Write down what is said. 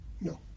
No